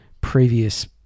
previous